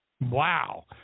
Wow